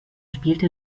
spielte